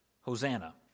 Hosanna